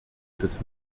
des